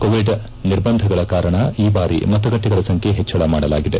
Covid ನಿರ್ಬಂಧಗಳ ಕಾರಣ ಈ ಬಾರಿ ಮತಗಟ್ಟೆಗಳ ಸಂಖ್ಯೆ ಹೆಚ್ಚಳ ಮಾಡಲಾಗಿದೆ